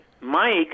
Mike